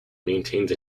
maintains